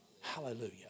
Hallelujah